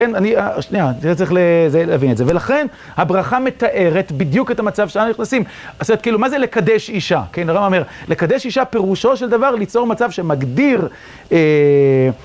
כן, אני, שנייה, אתה צריך זה להבין את זה, ולכן הברכה מתארת בדיוק את המצב שאנחנו נכנסים. זאת אומרת, כאילו, מה זה לקדש אישה? כן, הרב אומר, לקדש אישה פירושו של דבר, ליצור מצב שמגדיר, אה...